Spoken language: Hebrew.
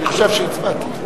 אני חושב שהצבעתי.